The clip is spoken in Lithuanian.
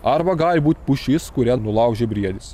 arba gali būt pušis kurią nulaužė briedis